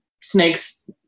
snakes